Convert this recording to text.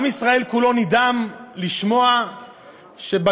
עם ישראל כולו נדהם לשמוע שבג"ץ